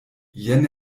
jen